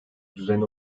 düzenli